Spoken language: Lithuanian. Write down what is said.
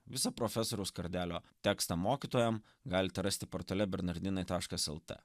visą profesoriaus kardelio tekstą mokytojam galite rasti portale bernardinai taškas elte